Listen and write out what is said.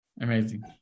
amazing